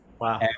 wow